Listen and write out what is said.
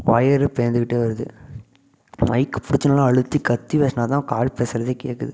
wire பேர்ந்துக்கிட்டு வருது மைக்கை பிடிச்சி நல்லா அழுத்தி கத்தி பேசுனா தான் கால் பேசுறதே கேக்குது